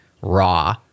raw